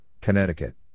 Connecticut